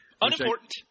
Unimportant